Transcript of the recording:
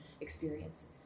experience